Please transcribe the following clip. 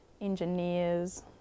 engineers